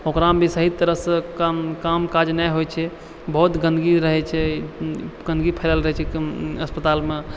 ओकरामे भी सही तरहसँ काम काम काज नहि होइत छै बहुत गन्दगी रहैत छै गन्दगी फैलल रहैत छै हस्पतालमे